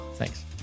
Thanks